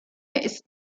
ist